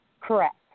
Correct